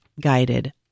guided